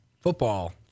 football